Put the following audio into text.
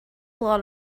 lot